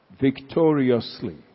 victoriously